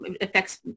affects